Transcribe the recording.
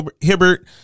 Hibbert